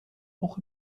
auch